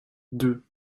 deux